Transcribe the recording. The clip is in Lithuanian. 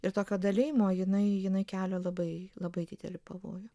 ir tokio dalijimo jinai jinai kelia labai labai didelį pavojų